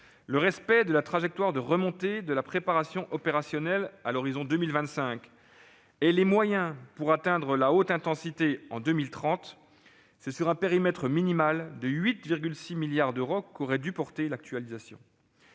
le respect de la trajectoire de remontée de la préparation opérationnelle à l'horizon de 2025 et les moyens qui devront être déployés pour atteindre la haute intensité en 2030, c'est sur un périmètre minimal de 8,6 milliards d'euros qu'aurait dû porter l'actualisation.